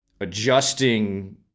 adjusting